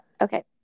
Okay